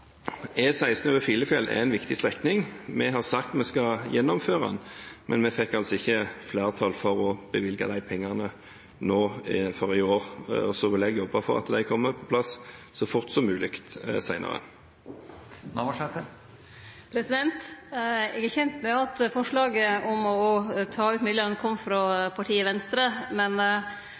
over Filefjell er en viktig strekning. Vi har sagt vi skal gjennomføre den, men vi fikk altså ikke flertall for å bevilge de pengene nå i år. Jeg vil jobbe for at de kommer på plass så fort som mulig senere. Eg er kjend med at forslaget om å ta ut midlane kom frå partiet Venstre, men